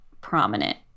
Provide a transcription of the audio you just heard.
prominent